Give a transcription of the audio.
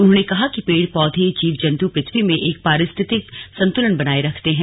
उन्होंने कहा कि पेड़ पौधे जीव जंतु पृथ्वी में एक पारिस्थितिकी संतुलन बनाए रखते हैं